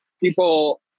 people